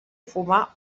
fumar